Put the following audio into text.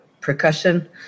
percussion